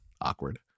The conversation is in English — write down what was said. awkward